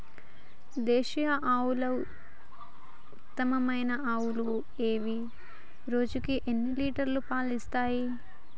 దేశీయ ఆవుల ఉత్తమమైన ఆవులు ఏవి? రోజుకు ఎన్ని లీటర్ల పాలు ఇస్తాయి?